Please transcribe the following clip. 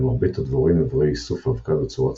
למרבית הדבורים איברי איסוף אבקה בצורת